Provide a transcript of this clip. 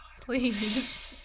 Please